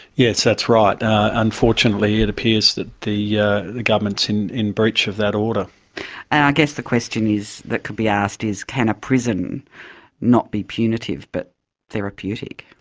yes, that's right. unfortunately it appears that the yeah the government's in in breach of that order. and i guess the question is. that could be asked is, can a prison not be punitive but therapeutic?